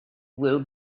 will